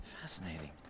Fascinating